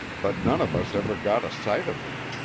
but none of us ever got a sight of him.